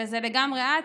וזה לגמרי את,